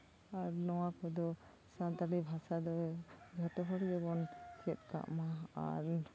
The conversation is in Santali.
ᱟᱨ ᱱᱚᱣᱟ ᱠᱚᱫᱚ ᱥᱟᱱᱛᱟᱲᱤ ᱵᱷᱟᱥᱟ ᱫᱚ ᱡᱷᱚᱛᱚ ᱦᱚᱲ ᱜᱮᱵᱚᱱ ᱪᱮᱫ ᱠᱟᱜ ᱢᱟ ᱟᱨ